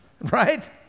Right